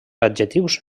adjectius